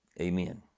Amen